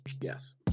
yes